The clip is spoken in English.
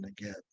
again